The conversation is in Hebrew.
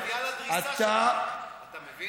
אתה, אבל הגישה שלכם מביאה לדריסה שלכם, אתה מבין?